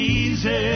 easy